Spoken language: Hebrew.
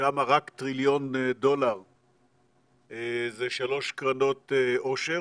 שם רק טריליון דולר זה שלוש קרנות עושר.